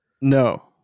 No